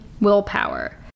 willpower